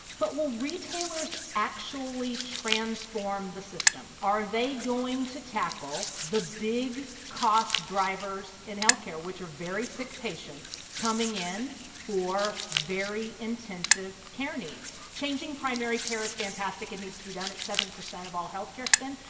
but retailers actually transform the system? are they going to tackle the big cost drivers in health care, which are very sick patients coming in for very intensive care needs? changing primary care is fantastic. it needs to be done. it's seven percent of all health care spend.